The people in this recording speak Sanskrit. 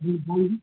आं